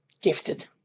gifted